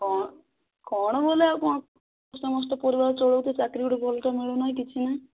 କ'ଣ କ'ଣ ଭୁଲ ଆଉ କ'ଣ ସମସ୍ତେ ପରିବାର ଚଳାଉଛୁ ଚାକିରି ଗୋଟେ ଭଲଟେ ମିଳୁନାହିଁ କିଛି ନାହିଁ